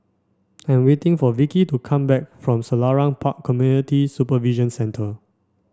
I'm waiting for Vicki to come back from Selarang Park Community Supervision Centre